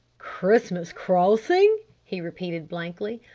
christmas crossing? he repeated blankly.